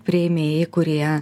priėmėjai kurie